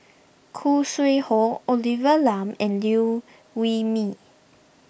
Khoo Sui Hoe Olivia Lum and Liew Wee Mee